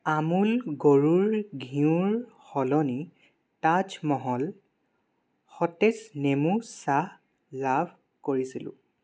আমুল গৰুৰ ঘিঁউ ৰ সলনি তাজমহল সতেজ নেমু চাহ লাভ কৰিছিলোঁ